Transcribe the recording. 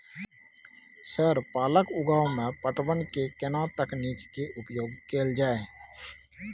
Sir पालक उगाव में पटवन के केना तकनीक के उपयोग कैल जाए?